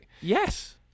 Yes